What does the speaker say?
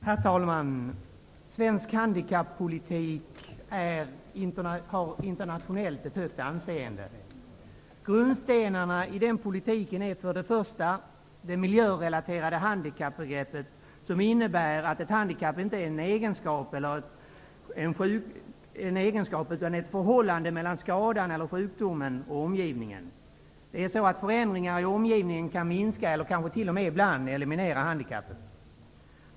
Herr talman! Svensk handikappolitik har internationellt ett högt anseende. Grundstenarna i den politiken är följande. För det första: Det miljörelaterade handikappbegreppet innebär att ett handikapp inte är en egenskap utan ett förhållande mellan skadan eller sjukdomen och omgivningen. Förändringar i omgivningen kan minska eller kanske t.o.m. ibland eliminera handikappet.